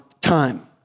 time